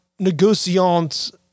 negotiant